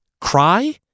Cry